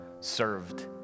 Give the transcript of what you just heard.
served